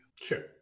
Sure